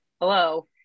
Hello